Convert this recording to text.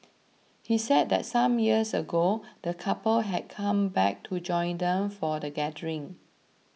he said that some years ago the couple had come back to join them for the gathering